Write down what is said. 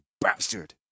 bastard